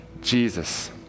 Jesus